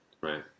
Right